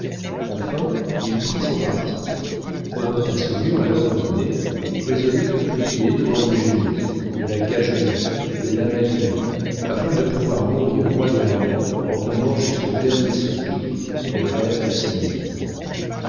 enfin il prit son parti revint à saumur à l'heure du dîner résolu de plier devant eugénie de la cajoler de l'amadouer afin de pouvoir mourir royalement en tenant jusqu'au dernier soupir les rênes de ses millions